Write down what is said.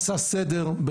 עשה סדר.